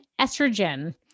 estrogen